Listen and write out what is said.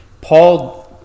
Paul